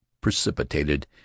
precipitated